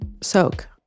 Soak